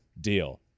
deal